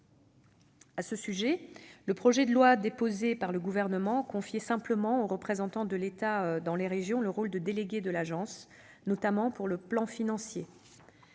À ce sujet, le projet de loi déposé par le Gouvernement confiait simplement au représentant de l'État dans les régions le rôle de délégué de l'Agence, notamment pour le plan financier.